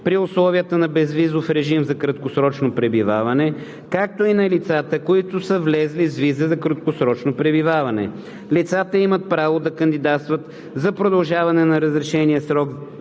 при условията на безвизов режим за краткосрочно пребиваване, както и на лицата, които са влезли с виза за краткосрочно пребиваване. Лицата имат право да кандидатстват за продължаване на разрешения срок